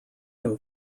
him